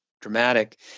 dramatic